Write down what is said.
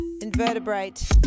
Invertebrate